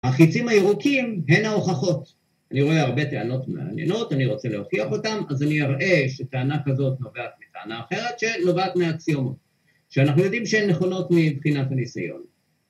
‫החיצים הירוקים הן ההוכחות. ‫אני רואה הרבה טענות מעניינות, ‫אני רוצה להוכיח אותן, ‫אז אני אראה שטענה כזאת ‫נובעת מטענה אחרת ‫שנובעת מהאקסיומות, ‫שאנחנו יודעים שהן נכונות ‫מבחינת הניסיון.